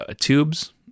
tubes